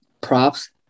props